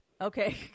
Okay